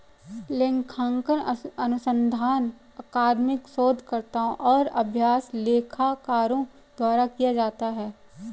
लेखांकन अनुसंधान अकादमिक शोधकर्ताओं और अभ्यास लेखाकारों द्वारा किया जाता है